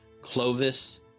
Clovis